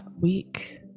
week